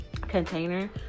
container